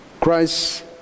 Christ